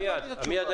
לא הבנתי את התשובה.